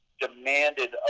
demanded